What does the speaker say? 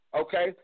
Okay